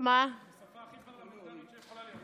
בשפה הכי פרלמנטרית שיכולה להיות.